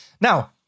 Now